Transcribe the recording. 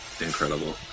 Incredible